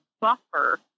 buffer